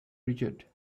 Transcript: richard